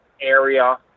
area